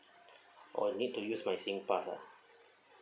oh need to use my singpass ah